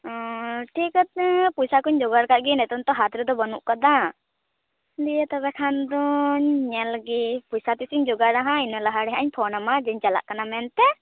ᱴᱷᱤᱠ ᱟᱪᱷᱮ ᱯᱚᱭᱥᱟ ᱠᱚᱧ ᱡᱚᱜᱟᱲ ᱠᱟᱜᱼᱜᱮ ᱱᱤᱛᱚᱝ ᱫᱚ ᱦᱟᱛᱨᱮᱫᱚ ᱵᱟᱹᱱᱩᱜ ᱟᱠᱟᱫᱟ ᱫᱤᱭᱮ ᱛᱚᱵᱮᱠᱷᱟᱱ ᱫᱚᱧ ᱧᱮᱞ ᱞᱮᱜᱮ ᱯᱚᱭᱥᱟ ᱛᱮᱛᱤᱧ ᱡᱚᱜᱟᱲᱟᱦᱟᱸᱜ ᱤᱱᱟᱹ ᱞᱟᱦᱟᱨᱮ ᱦᱟᱸᱜ ᱤᱧ ᱯᱷᱚᱱᱟᱢᱟ ᱡᱮᱧ ᱪᱟᱞᱟᱜ ᱠᱟᱱᱟ ᱢᱮᱱᱛᱮ